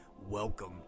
welcome